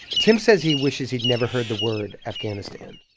tim says he wishes he'd never heard the word afghanistan.